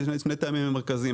שני טעמים מרכזיים.